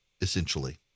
essentially